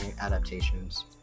adaptations